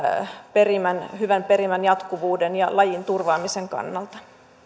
hyvän perimän jatkuvuuden ja lajin turvaamisen kannalta